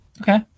Okay